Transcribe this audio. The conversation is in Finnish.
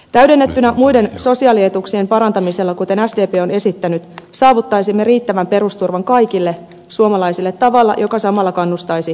täydennettynä muiden sosiaalietuuk sien parantamisella kuten sdp on esittänyt saavuttaisimme riittävän perusturvan kaikille suomalaisille tavalla joka samalla kannustaisi työntekoon